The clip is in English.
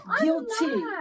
guilty